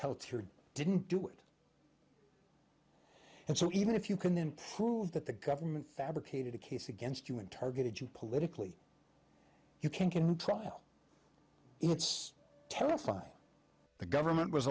peltier didn't do it and so even if you can then prove that the government fabricated a case against you and targeted you politically you can can trial it's terrifying the government was